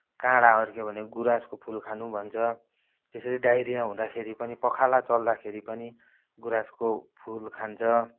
काँडा अड्क्यो भने गुराँसको फुल खानु भन्छ त्यसरी डाइरिया हुँदाखेरि पनि पखाला चल्दाखेरि पनि गुराँसको फुल खान्छ